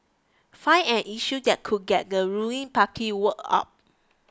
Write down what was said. find an issue that could get the ruling party worked up